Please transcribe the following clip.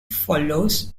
follows